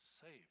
saved